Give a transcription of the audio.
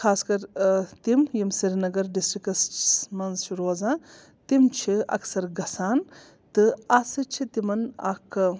خاص کَرر تِم یِم سرینگر ڈِسٹرکس منٛز چھِ روزان تِم چھِ اَکثر گژھان تہٕ اَتھ سٍتۍ چھِ تِمَن اَکھ